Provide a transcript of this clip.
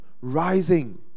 rising